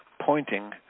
pointing